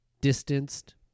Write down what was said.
distanced